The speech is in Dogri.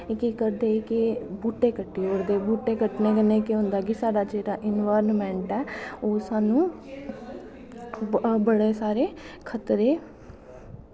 एह् केह् करदे कि बूह्टे कट्टी ओड़दे बूह्टे कट्टनैं कन्नैं केह् होंदा कि साढ़ा जेह्ड़ा इंन्वाईरनमैंट ऐ ओह् स्हानू बड़े सारे खतरे